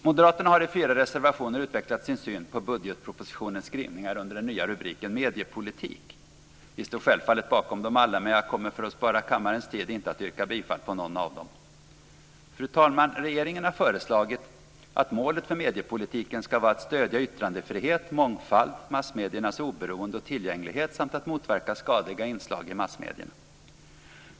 Moderaterna har i fyra reservationer utvecklat sin syn på budgetpropositionens skrivningar under den nya rubriken Mediepolitik. Vi står självfallet bakom dem alla, men jag kommer för att spara kammarens tid inte att yrka bifall till någon av dem. Fru talman! Regeringen har föreslagit att målet för mediepolitiken ska vara att stödja yttrandefrihet, mångfald, massmediernas oberoende och tillgänglighet samt att motverka skadliga inslag i massmedierna.